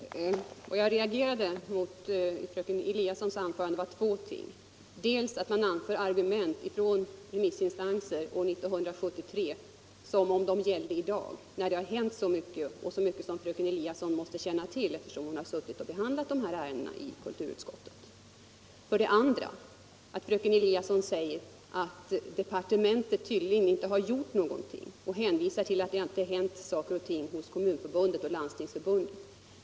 Herr talman! Jag vill vända mig emot två uttalanden som fröken Eliasson gjorde i sitt anförande. Dei ena var att hon anförde argument från remissinstanser år 1973 som om de gällde i dag. Det har ju hänt så mycket när det gäller dessa ärenden, och det borde fröken Eliasson känna till eftersom hon suttit med och behandlat dem i kulturutskottet. Det andra var att hon säger att departementet inte har gjort någonting, och att hon i det sammanhanget hänvisar till att ingenting har hänt hos Kommunförbundet och Landstingsförbundet.